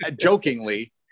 jokingly